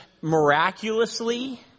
miraculously